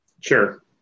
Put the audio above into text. Sure